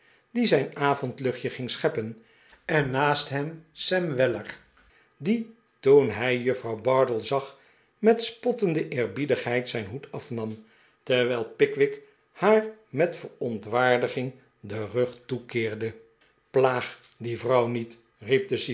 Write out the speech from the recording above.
die zijn avondluchtje ging scheppen en naast hem sam weller die toen hij juffrouw bardell zag met spottende eerbiedigheid zijn hoed afnam terwijl pickwick haar met verontwaardiging den rug toekeerde plaag die vrouw niet